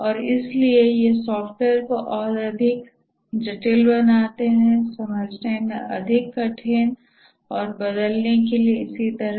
और इसलिए ये सॉफ़्टवेयर को और अधिक जटिल बनाते हैं समझने में अधिक कठिन और बदलने के लिए इसी तरह